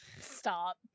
Stop